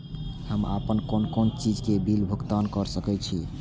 हम आपन कोन कोन चीज के बिल भुगतान कर सके छी?